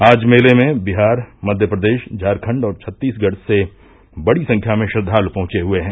आज मेले में बिहार मध्यप्रदेश झारखंड और छत्तीसगढ़ से बड़ी संख्या मे श्रद्धाल पहंचे हुए हैं